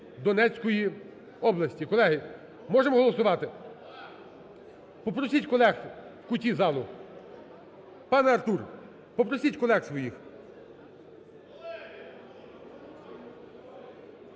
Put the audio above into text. Донецької області". Колеги, можемо голосувати? Попросіть колег в куті залу. Пане Артур, попросіть колег своїх.